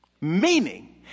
Meaning